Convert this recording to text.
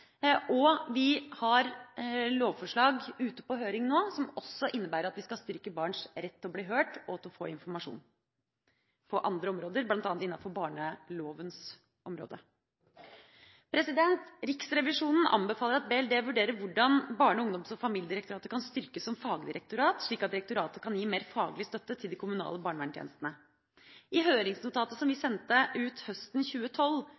og vi har lovforslag ute på høring nå som også innebærer at vi skal styrke barns rett til å bli hørt og til å få informasjon på andre områder, bl.a. innenfor barnelovens område. Riksrevisjonen anbefaler at BLD vurderer hvordan Barne-, ungdoms- og familiedirektoratet kan styrkes som fagdirektorat, slik at direktoratet kan gi mer faglig støtte til de kommunale barneverntjenestene. I høringsnotatet som vi sendte ut høsten 2012,